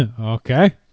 okay